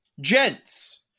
gents